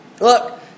Look